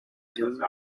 zulu